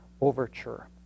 overture